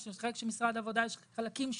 ויש את החלק של משרד העבודה ועוד חלקים שונים.